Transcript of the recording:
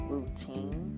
routine